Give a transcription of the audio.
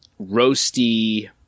roasty